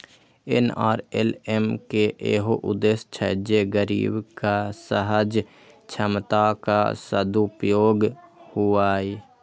NRLM के इहो उद्देश्य छै जे गरीबक सहज क्षमताक सदुपयोग हुअय